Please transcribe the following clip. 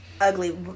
ugly